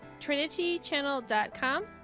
TrinityChannel.com